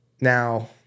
Now